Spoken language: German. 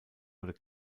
oder